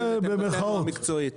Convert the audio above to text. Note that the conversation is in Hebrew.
אנחנו נותנים את דעתנו המקצועית.